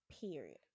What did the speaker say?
Period